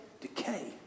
decay